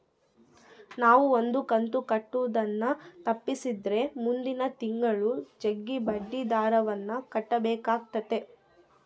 ನಾವು ಒಂದು ಕಂತು ಕಟ್ಟುದನ್ನ ತಪ್ಪಿಸಿದ್ರೆ ಮುಂದಿನ ತಿಂಗಳು ಜಗ್ಗಿ ಬಡ್ಡಿದರವನ್ನ ಕಟ್ಟಬೇಕಾತತೆ